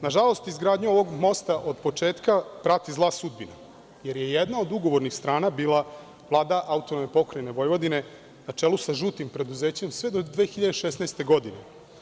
Nažalost, izgradnja ovog mosta od početka prati zla sudbina, jer je jedna od ugovornih strana bila Vlada AP Vojvodine, na čelu sa „žutim preduzećem“ sve do 2016. godine.